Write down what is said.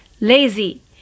lazy